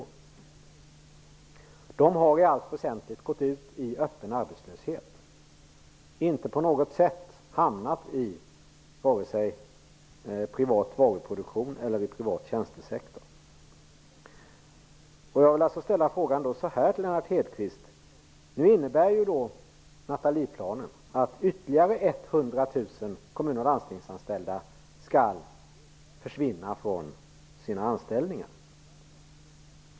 Dessa personer har i allt väsentligt gått ut i öppen arbetslöshet. De har inte på något sätt hamnat i vare sig privat varuproduktion eller privat tjänstesektor. kommun och landstingsanställda skall försvinna från sina anställningar.